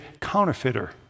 counterfeiter